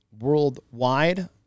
worldwide